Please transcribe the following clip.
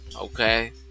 okay